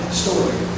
story